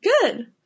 Good